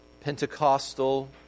Pentecostal